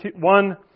one